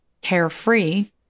carefree